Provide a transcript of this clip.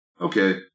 Okay